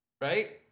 right